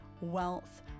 wealth